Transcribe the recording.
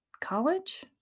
college